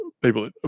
people